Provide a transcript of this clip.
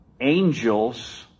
Angels